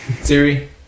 Siri